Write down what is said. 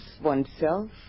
oneself